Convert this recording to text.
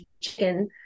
chicken